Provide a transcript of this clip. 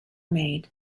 made